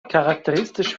charakteristisch